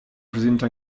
presente